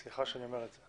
סליחה שאני אומר את זה.